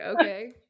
okay